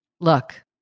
Look